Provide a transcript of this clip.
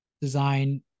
design